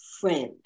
friend